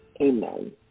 Amen